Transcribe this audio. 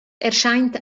erscheint